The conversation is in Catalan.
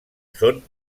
són